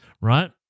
right